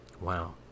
Wow